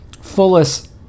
Fullest